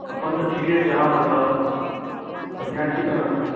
अपन तऽ ठीके छै अहाँ अपन बताउ बढ़िआँ छी ने